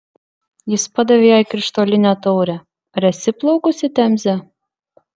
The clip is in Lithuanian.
jis padavė jai krištolinę taurę ar esi plaukusi temze